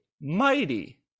mighty